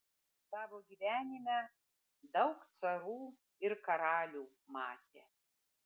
savo gyvenime daug carų ir karalių matė